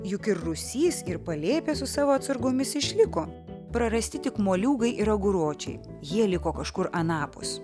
juk ir rūsys ir palėpė su savo atsargomis išliko prarasti tik moliūgai ir aguročiai jie liko kažkur anapus